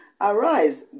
Arise